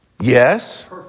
Yes